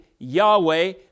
Yahweh